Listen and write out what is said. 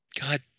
God